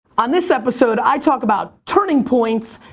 on this episode i talk about turning points,